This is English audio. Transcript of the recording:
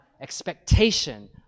expectation